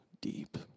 deep